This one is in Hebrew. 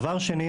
דבר שני,